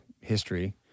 history